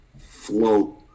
float